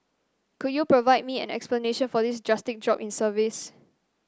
could you provide me an explanation for this drastic drop in service